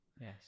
Yes